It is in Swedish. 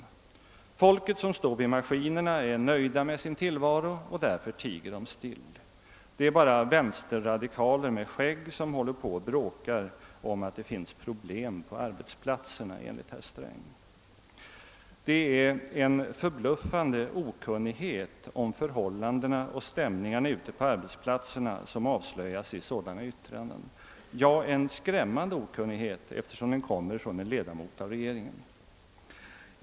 Människorna som står vid maskinerna är nöjda med sin tillvaro och därför tiger de still. Det är bara vänsterradikaler med skägg som håller på och bråkar om att det finns problem på arbetsplatserna, enligt herr Sträng. Det är en förbluffande okunnighet om förhållandena och stämningarna ute på arbetsplatserna som avslöjas i sådana yttranden — ja, den är skrämmande, eftersom uttalandet görs av en ledamot av regeringen.